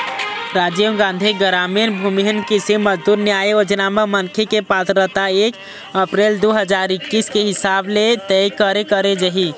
राजीव गांधी गरामीन भूमिहीन कृषि मजदूर न्याय योजना म मनखे के पात्रता एक अपरेल दू हजार एक्कीस के हिसाब ले तय करे करे जाही